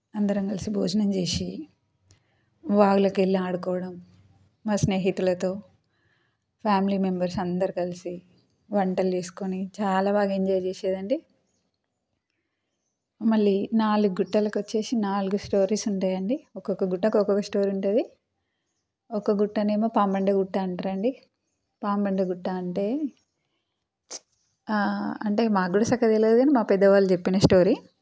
అందరం కలిసి భోజనం చేశి వాగులకు ఎళ్ళి ఆడుకోవడం మా స్నేహితులతో ఫ్యామిలీ మెంబర్స్ అందరూ కలిసి వంటలు చేసుకుని చాలా బాగా ఎంజాయ్ చేసేదండి మళ్ళీ నాలుగు గుట్టలకు వచ్చేసి నాలుగు స్టోరీస్ ఉంటాయండి ఒక్కొక్క గుట్టకు ఒక్కొక్క స్టోరీ ఉంటది ఒక గుట్టనేమో పామండి గుట్ట అంటారండి పామండి గుట్ట అంటే అంటే మాకు కూడా సక్కగా తెలవదు కానీ మా పెద్దవాళ్ళు చెప్పిన స్టోరీ